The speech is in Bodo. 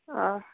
अ